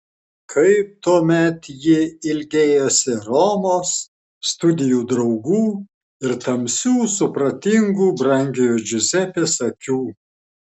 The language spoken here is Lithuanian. kaip tuomet ji ilgėjosi romos studijų draugų ir tamsių supratingų brangiojo džiuzepės akių